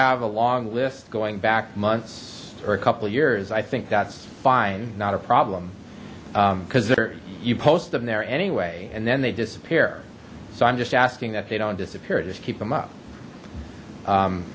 have a long list going back months or a couple years i think that's fine not a problem because there you post them there anyway and then they disappear so i'm just asking that they don't disappear just keep them up